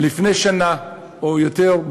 לפני שנה או יותר,